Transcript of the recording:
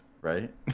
right